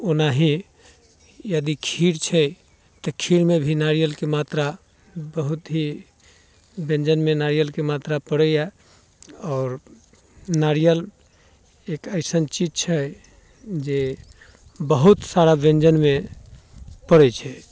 ओनाही यदि खीर छै तऽ खीरमे भी नारियलके मात्रा बहुत ही व्यञ्जनमे नारियलके मात्रा आओर नारियल एक अइसन चीज छै जे बहुत सारा व्यञ्जनमे पड़ैत छै